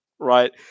Right